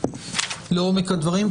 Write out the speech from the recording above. נצלול לעומק הדברים.